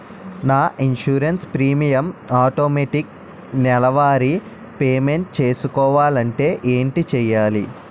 నా insurance premium automatic నెలవారి payment చేసుకోవాలంటే ఏంటి చేయాలి?